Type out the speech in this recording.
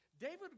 David